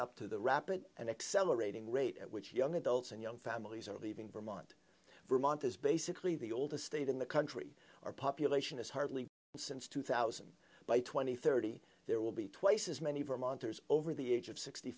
up to the rapid and accelerating rate at which young adults and young families are leaving vermont vermont is basically the oldest state in the country our population is hardly since two thousand by two thousand and thirty there will be twice as many vermonters over the age of sixty